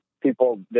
people